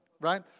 right